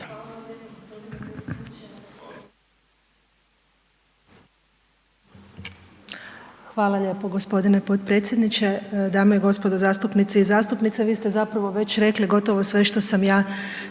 Hvala lijepo g. potpredsjedniče, dame i gospodo zastupnici i zastupnice, vi ste zapravo već rekli gotovo sve što sam ja